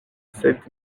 sed